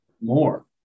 more